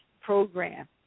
program